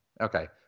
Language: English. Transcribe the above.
Okay